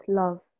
love